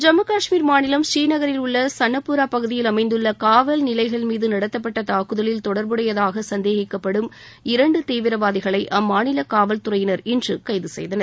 ஜம்மு காஷ்மீர் மாநிலம் ஸ்ரீநகரில் உள்ள சன்னப்பூரா பகுதியில் அமைந்துள்ள காவல் நிலை மீது நடத்தப்பட்ட தாக்குதலில் தொடர்புடையதாக சந்தேகிக்கப்படும் இரண்டு தீவிரவாதிகளை அம்மாநில காவல் துறையினர் இன்று கைது செய்தனர்